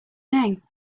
name